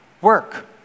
work